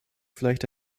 vielleicht